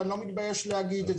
ואני לא מתבייש להגיד את זה.